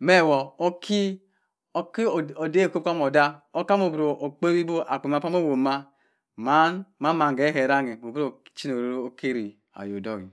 meh woh cho odey kwu kwam odak okamo oboro kpewi ebo akwe makwe moh owoma mann mamann heh heh eranghe otok ocheno oro ro okeri ayok dokeh.